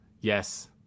yes